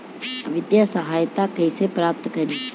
वित्तीय सहायता कइसे प्राप्त करी?